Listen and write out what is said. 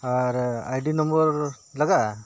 ᱟᱨ ID number ᱞᱟᱜᱟᱜᱼᱟ